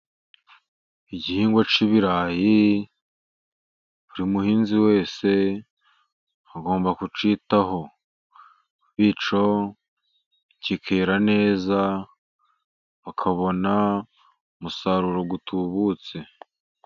Igihingwa cy'ibirayi buri muhinzi wese agomba kucyitaho, bityo kikera neza bakabona umusaruro utubutse.